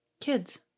kids